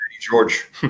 George